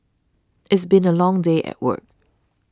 it's been a long day at work